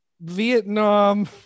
vietnam